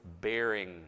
bearing